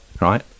right